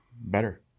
better